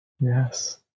yes